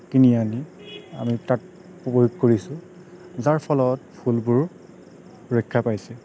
কিনি আনি আমি তাত প্ৰয়োগ কৰিছোঁ যাৰ ফলত ফুলবোৰ সুৰক্ষা পাইছে